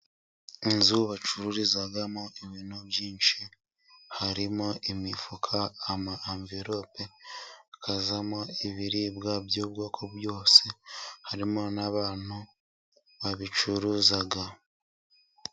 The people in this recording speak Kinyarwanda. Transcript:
Inzu bacururizamo ibintu byinshi harimo imifuka ama anveorpe, hakazamo ibiribwa by'ubwoko bwose harimo n'abantu babicuruza.